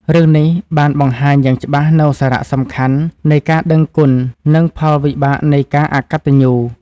រឿងនេះ បានបង្ហាញយ៉ាងច្បាស់នូវសារៈសំខាន់នៃការដឹងគុណនិងផលវិបាកនៃការអកតញ្ញូ។